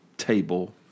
table